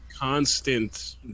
constant